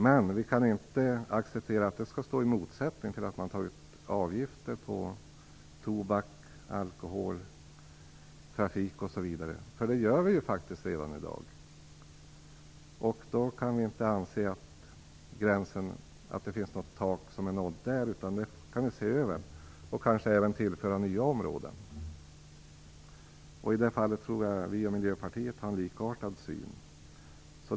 Men vi kan inte acceptera att det står i motsättning till att avgifter tas ut på tobak, alkohol, trafik osv. - det gör vi ju redan i dag. Vi kan inte anse att taket där är nått, utan det här är något som kan ses över. Kanske kan även nya områden tillföras. I det fallet tror jag att vi och Miljöpartiet har likartad syn.